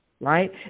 right